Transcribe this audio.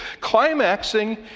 climaxing